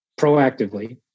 proactively